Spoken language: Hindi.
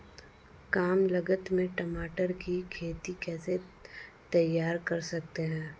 कम लागत में टमाटर की खेती कैसे तैयार कर सकते हैं?